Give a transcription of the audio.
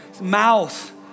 mouth